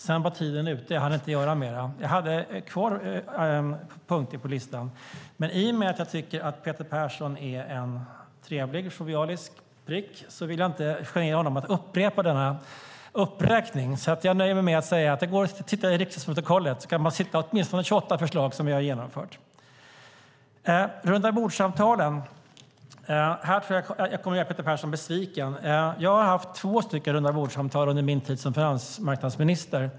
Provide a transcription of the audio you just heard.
Sedan var tiden ute, och jag hann inte göra mer fast jag hade punkter kvar på listan. I och med att jag tycker att Peter Persson är en trevlig, jovialisk prick vill jag inte genera honom med att upprepa denna uppräkning. Jag nöjer mig med att säga att det går att titta i riksdagsprotokollet för att se åtminstone 28 förslag som vi har genomfört. När det gäller rundabordssamtalen tror jag att jag kommer att göra Peter Persson besviken. Jag har haft två rundabordssamtal under min tid som finansmarknadsminister.